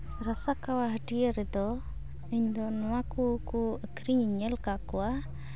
ᱨᱟᱥᱟ ᱠᱚᱣᱟ ᱦᱟᱹᱴᱭᱟᱹ ᱨᱮᱫᱚ ᱤᱧ ᱫᱚ ᱱᱚᱣᱟ ᱠᱚᱠᱚ ᱟᱹᱠᱷᱨᱤᱧ ᱤᱧ ᱧᱮᱞ ᱠᱟᱜ ᱠᱚᱣᱟ